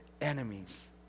enemies